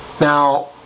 Now